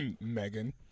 Megan